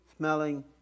smelling